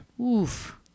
Oof